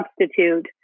substitute